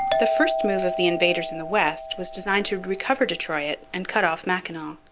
the first move of the invaders in the west was designed to recover detroit and cut off mackinaw.